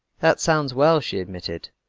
that sounds well, she admitted,